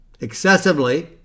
Excessively